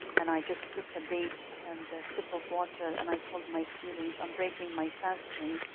and i just took a date and a sip of water, and i told my students, i'm breaking my fasting.